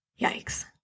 Yikes